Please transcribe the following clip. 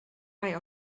mij